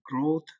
growth